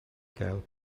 gael